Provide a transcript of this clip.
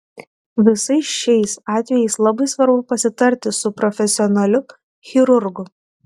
visais šiais atvejais labai svarbu pasitarti su profesionaliu chirurgu